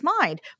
mind